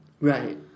Right